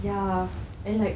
ya and like